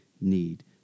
need